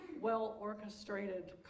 well-orchestrated